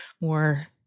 more